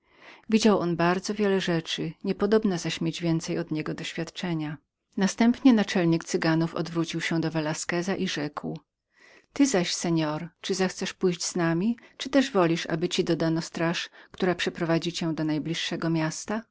widział on bardzo wiele rzeczy niepodobna zaś jest mieć więcej od niego doświadczenia następnie naczelnik cyganów obrócił się do velasqueza i rzekł wy zaś seor chcecieli pójść z nami lub też wolicie aby wam dodano straż która przeprowadzi was do najbliższego miasta